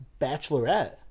Bachelorette